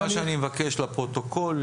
מה שאני מבקש לפרוטוקול,